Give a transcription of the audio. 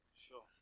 Sure